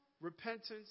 repentance